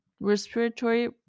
respiratory